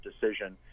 decision